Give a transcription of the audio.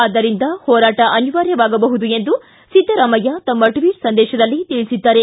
ಆದ್ದರಿಂದ ಹೋರಾಟ ಅನಿವಾರ್ಯವಾಗಬಹುದು ಎಂದು ಸಿದ್ದರಾಮಯ್ಯ ತಮ್ಮ ಟ್ವೀಟ್ ಸಂದೇಶದಲ್ಲಿ ತಿಳಿಸಿದ್ದಾರೆ